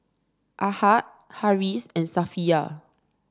Ahad Harris and Safiya